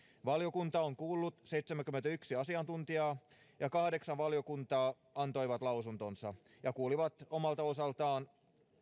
valiokunta on kuullut seitsemääkymmentäyhtä asiantuntijaa ja kahdeksan valiokuntaa antoi lausuntonsa ja kuuli omalta osaltaan